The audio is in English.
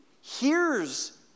hears